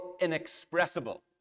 inexpressible